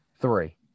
three